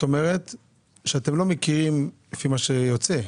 לפי מה שאתם אומרים,